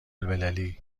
المللی